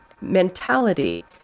mentality